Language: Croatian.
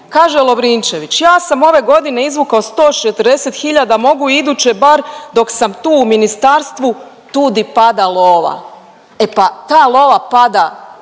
Kaže Lovrinčević, ja sam ove godine izvukao 140 hiljada mogu iduće bar dok sam tu u ministarstvu tu di pada lova. E pa ta lova pada